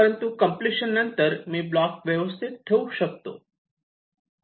परंतु कम्प्लिशन नंतर मी ब्लॉक व्यवस्थित ठेवू शकतो